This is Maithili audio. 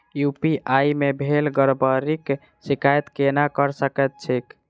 यु.पी.आई मे भेल गड़बड़ीक शिकायत केना कऽ सकैत छी?